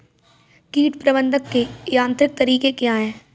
कीट प्रबंधक के यांत्रिक तरीके क्या हैं?